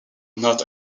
not